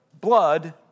blood